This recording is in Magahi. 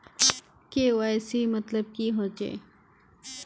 के.वाई.सी मतलब की होचए?